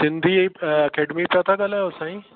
Sindhi academy सां त ॻाल्हायो साईं